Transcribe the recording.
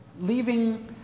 leaving